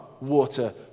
water